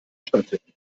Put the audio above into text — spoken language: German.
stattfinden